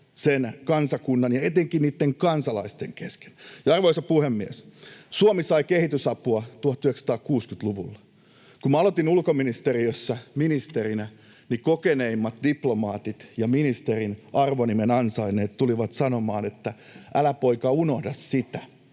sen kansakunnan ja etenkin niitten kansalaisten kesken. Arvoisa puhemies! Suomi sai kehitysapua 1960-luvulla. Kun minä aloitin ulkoministeriössä ministerinä, niin kokeneimmat diplomaatit ja ministerin arvonimen ansainneet tulivat sanomaan, että ”älä poika unohda sitä,